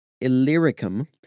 Illyricum